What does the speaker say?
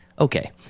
okay